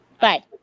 Bye